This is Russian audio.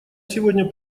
сегодня